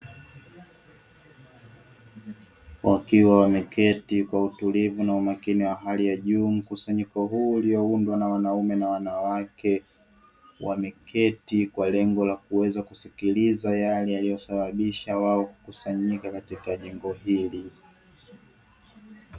Wakiwa wameketi kwa utulivu na umakini wa hali ya juu, mkusanyiko huu ulioundwa na wanaume na wanawake wameketi kwa lengo la kuweza kusikiliza yale yaliyosababisha wao kukusanyika katika jengo hili.